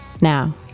Now